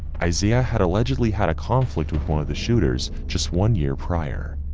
isaiah had allegedly had a conflict with one of the shooters just one year prior.